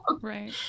Right